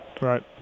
right